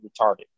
retarded